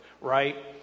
right